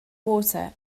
water